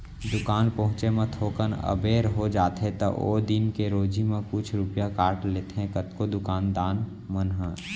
दुकान पहुँचे म थोकन अबेर हो जाथे त ओ दिन के रोजी म कुछ रूपिया काट लेथें कतको दुकान दान मन ह